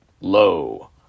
lo